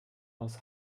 aus